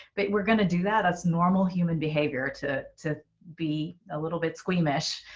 but we're gonna do that as normal human behavior to to be a little bit squeamish,